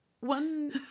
One